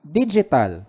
digital